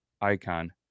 icon